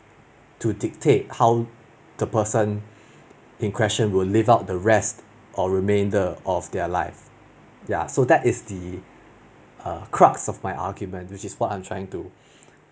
to dictate how the person in question would live out the rest or remainder of their life ya so that is the err crux of my argument which is what I'm trying to